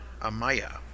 Amaya